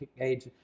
age